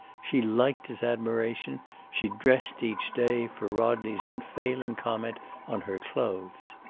she liked his admiration she dressed, each day, for rodney's unfailing comment on her clothes.